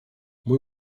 mój